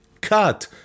cut